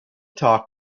talk